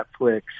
Netflix